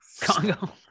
Congo